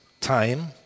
time